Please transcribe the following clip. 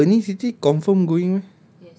but family siti confirm going meh